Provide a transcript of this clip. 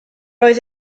oedd